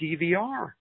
DVR